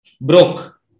broke